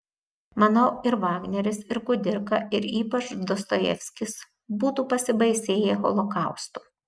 manau ir vagneris ir kudirka ir ypač dostojevskis būtų pasibaisėję holokaustu